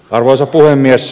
arvoisa puhemies